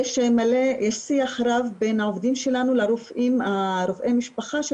יש שיח רב בין העובדים שלנו לרופאי המשפחה של